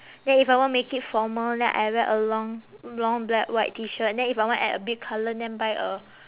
then if I want make it formal then I wear a long long black white T shirt then if I want add a bit colour then buy a